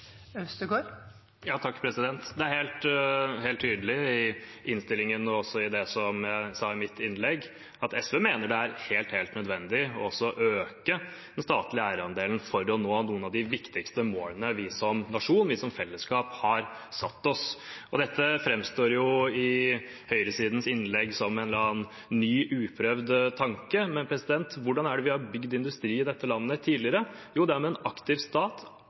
Det er helt tydelig i innstillingen og i det som jeg sa i mitt innlegg, at SV mener at det er helt nødvendig å øke den statlige eierandelen for å nå noen av de viktigste målene vi som nasjon og fellesskap har satt oss. Dette framstår i høyresidens innlegg som en eller annen ny og uprøvd tanke, men hvordan har vi bygd industri i dette landet tidligere? Jo, det er med en aktiv stat